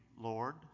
Lord